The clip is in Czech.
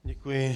Děkuji.